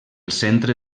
centre